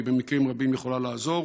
והיא במקרים רבים יכולה לעזור,